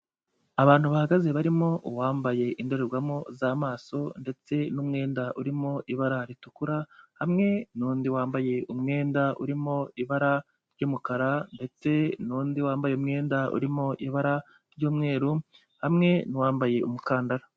Abantu bahagaze barimo uwambaye indorerwamo z'amaso ndetse n'umwenda urimo ibara ritukura, hamwe n'undi wambaye umwenda urimo ibara ry'umukara ndetse n'undi wambaye umwenda urimo ibara ry'umweru, hamwe n'uwambaye umukandara.